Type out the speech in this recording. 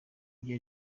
ibyo